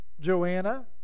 Joanna